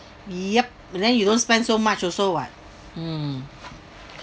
yup but then you don't spend so much also what mm